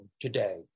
today